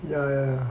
yeah